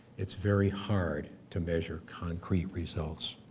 it's very hard to measure concrete results.